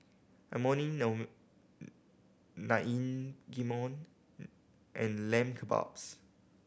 Imoni Naengmyeon and Lamb Kebabs